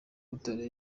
butare